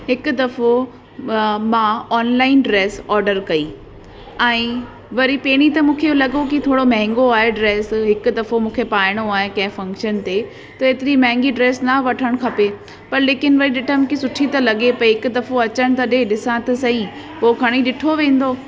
हिकु दफ़ो मां ऑनलाइन ड्रेस ऑडर कई ऐं वरी पहिरीं त मूंखे लॻो कि थोरो महांगो आहे ड्रेस हिकु दफ़ो मूंखे पाइणो आहे कंहिं फ़ंक्शन ते त एतिरी महांगी ड्रेस न वठणु खपे पर लेकिन वरी ॾिठमि कि सुठी त लॻे पई हिकु दफ़ो अचण त ॾे ॾिसां त सही पोइ खणी ॾिठो वेंदो